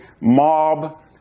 mob